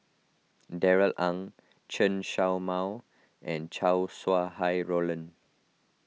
Darrell Ang Chen Show Mao and Chow Sau Hai Roland